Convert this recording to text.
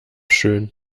schön